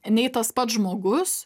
nei tas pats žmogus